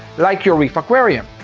like your reef aquarium.